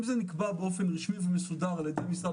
אם זה נקבע באופן רשמי ומסודר על-ידי משרד